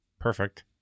perfect